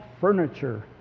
furniture